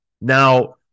Now